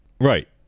Right